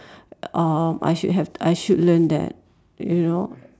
uh I should have I should learn that you know